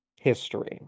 history